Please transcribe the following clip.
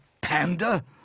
panda